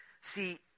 See